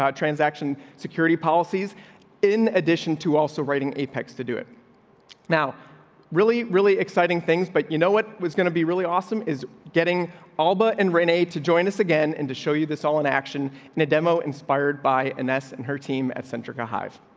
transaction security policies in addition to also writing apex to do it now really, really exciting things. but you know what was gonna be really awesome is getting all but and renee to join us again and to show you this all in action in a demo inspired by an s and her team at centrica hive.